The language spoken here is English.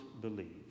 believe